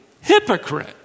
hypocrite